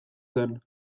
zen